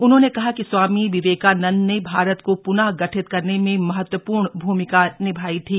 उन्होंने कहा स्वामी विवेकानंद ने भारत को पुनः गठित करने मे महत्वपूर्ण भूमिका निभाई थी